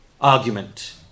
argument